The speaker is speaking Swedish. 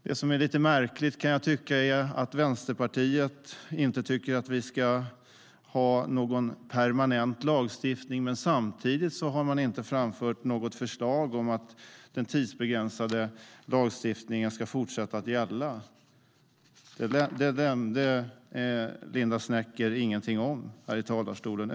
Det som är lite märkligt är att Vänsterpartiet inte tycker att vi ska ha någon permanent lagstiftning men samtidigt inte har framfört något förslag om att den tidsbegränsade lagstiftningen ska fortsätta att gälla. Det nämnde Linda Snecker över huvud taget ingenting om i talarstolen.